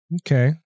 Okay